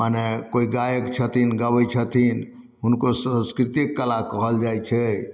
मने कोइ गायक छथिन गाबै छथिन हुनको साँस्कृतिक कला कहल जाइ छै